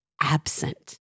absent